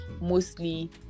mostly